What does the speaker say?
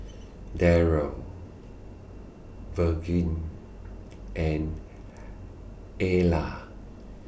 Darrel Virge and Ala